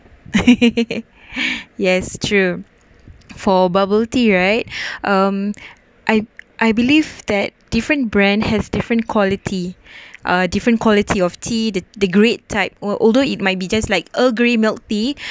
yes true for bubble tea right um I I believe that different brand has different quality uh different quality of tea the the grade type al~ although it might be just like earl grey milk tea